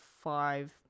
five